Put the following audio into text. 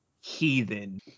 heathen